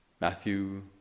Matthew